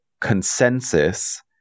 consensus